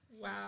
Wow